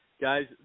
guys